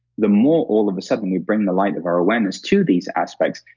the more all of a sudden we bring the light of our awareness to these aspects,